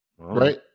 right